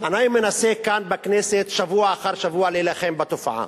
אני מנסה כאן בכנסת שבוע אחר שבוע להילחם בתופעה.